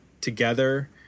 together